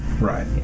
Right